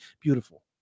beautiful